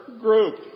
group